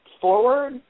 forward